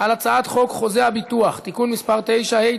על הצעת חוק חוזה הביטוח (תיקון מס' 9),